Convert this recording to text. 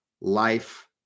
life